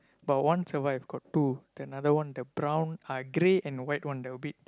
but once a while got two then another one the brown uh grey and white one they a bit